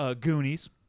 Goonies